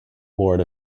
ward